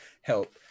help